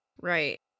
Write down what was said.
right